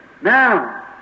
Now